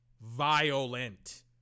Violent